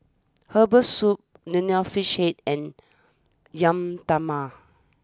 Herbal Soup Nonya Fish Head and Yam